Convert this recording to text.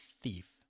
thief